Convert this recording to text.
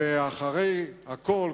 ואחרי הכול,